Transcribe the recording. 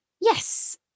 Yes